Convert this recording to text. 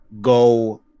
go